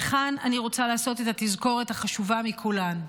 וכאן אני רוצה לעשות את התזכורת החשובה מכולן,